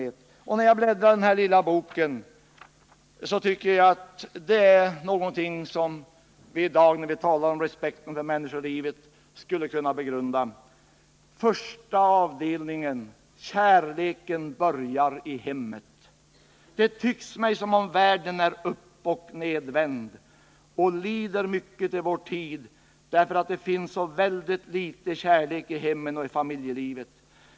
Respekten för människolivet När jag bläddrar i den här lilla boken tycker jag att det är något som vi i dag, när vi talar om respekten för människolivet, skulle kunna begrunda. Jag citerar ur den första avdelningen, Kärleken börjar i hemmet: ”Det tycks mig som om världen är uppochnedvänd och lider mycket i vår tid, därför att det finns så väldigt lite kärlek i hemmen och i familjelivet.